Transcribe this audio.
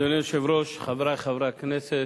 אדוני היושב-ראש, חברי חברי הכנסת,